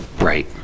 Right